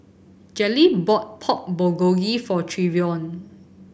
Jaleel bought Pork Bulgogi for Trevion